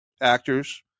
actors